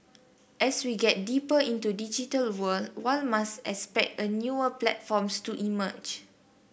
as we get deeper into digital world one must expect a newer platforms to emerge